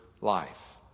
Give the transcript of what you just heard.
life